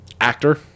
actor